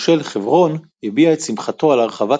מושל חברון הביע את שמחתו על הרחבת